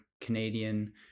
canadian